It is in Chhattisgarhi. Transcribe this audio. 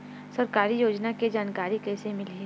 सरकारी योजना के जानकारी कइसे मिलही?